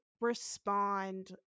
respond